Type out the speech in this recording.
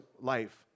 life